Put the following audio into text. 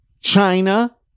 China